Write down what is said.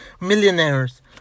millionaires